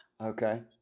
Okay